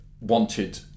wanted